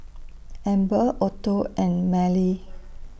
Amber Otto and Marely